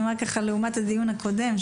זה לעומת הדיון הקודם,